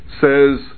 says